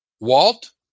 Walt